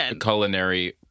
culinary